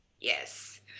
Yes